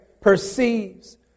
perceives